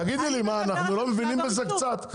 תגידי לי, מה, אנחנו לא מבינים בזה קצת?